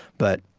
but,